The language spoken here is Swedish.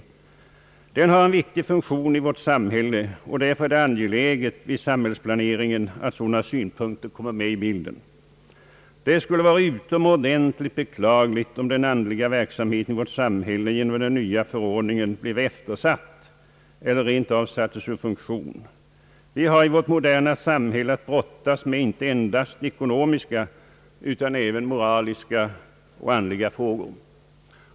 Denna verksamhet har en viktig funktion i vårt samhälle, och därför är det angeläget att sådana synpunkter kommer med i bilden vid samhällsplaneringen. Det skulle vara utomordentligt beklagligt om den andliga verksamheten i vårt samhälle som en följd av den nya förordningen bleve eftersatt eller rent av sattes ur funktion. Vi har i vårt moderna samhälle att brottas inte endast med ekonomiska utan även med andliga och moraliska problem.